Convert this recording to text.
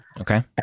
Okay